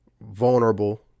vulnerable